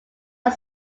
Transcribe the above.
are